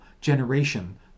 generation